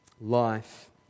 Life